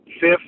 fifth